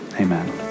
amen